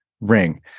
ring